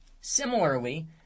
Similarly